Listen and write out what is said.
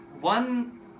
one